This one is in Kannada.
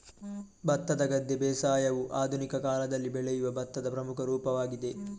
ಭತ್ತದ ಗದ್ದೆ ಬೇಸಾಯವು ಆಧುನಿಕ ಕಾಲದಲ್ಲಿ ಬೆಳೆಯುವ ಭತ್ತದ ಪ್ರಮುಖ ರೂಪವಾಗಿದೆ